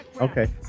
Okay